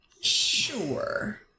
Sure